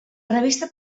revista